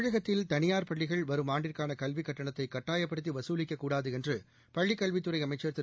தமிழகத்தில் தளியார் பள்ளிகள் வரும் ஆண்டிற்கான கல்விக் கட்டணத்தை கட்டாயப்படுத்தி வசூலிக்கக்கூடாது என்று பள்ளிக்கல்வித்துறை அமைச்ச் திரு